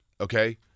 okay